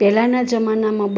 પહેલાંના જમાનામાં